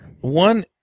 One